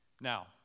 Now